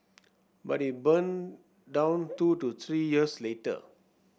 but it burned down two to three years later